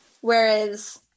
whereas